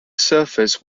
surface